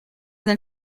nel